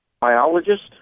biologist